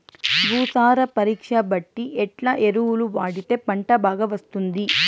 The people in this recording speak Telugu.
భూసార పరీక్ష బట్టి ఎట్లా ఎరువులు వాడితే పంట బాగా వస్తుంది?